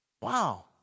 Wow